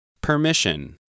Permission